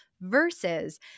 versus